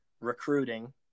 recruiting